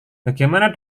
bagaimana